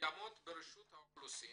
קיימות ברשות האוכלוסין,